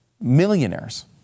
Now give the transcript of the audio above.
millionaires